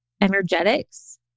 energetics